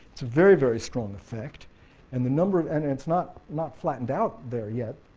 it's a very, very strong effect and the number of and it's not not flattened out there yet,